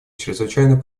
чрезвычайно